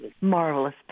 Marvelous